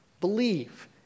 believe